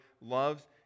loves